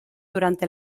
durante